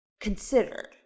considered